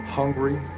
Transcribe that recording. hungry